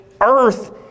earth